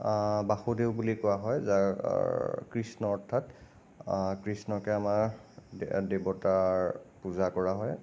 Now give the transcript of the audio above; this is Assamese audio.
বাসুদেৱ বুলি কোৱা হয় যাৰ কৃষ্ণ অৰ্থাৎ কৃষ্ণকে আমাৰ দে দেৱতাৰ পূজা কৰা হয়